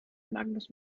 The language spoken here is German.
magnus